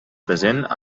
present